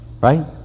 right